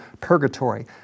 purgatory